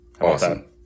Awesome